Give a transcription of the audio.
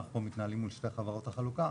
אנחנו מתנהלים עם שתי חברות החלוקה,